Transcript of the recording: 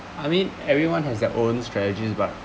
I mean everyone has their own strategies but